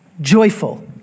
joyful